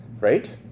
right